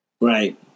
Right